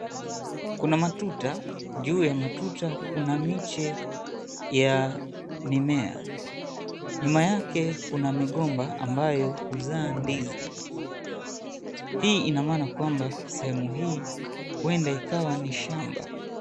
Kuna matuta. Juu ya matuta kuna miche ya mimea. Nyuma yake kuna migomba ambayo huzaa ndizi. Hii ina maana kwamba sehemu hii huenda ikawa ni shamba.